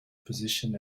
position